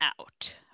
out